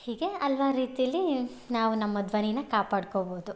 ಹೀಗೆ ಹಲ್ವಾರ್ ರೀತಿಯಲ್ಲಿ ನಾವು ನಮ್ಮ ಧ್ವನಿನ ಕಾಪಾಡ್ಕೊಬೋದು